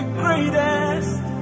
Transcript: greatest